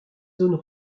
zones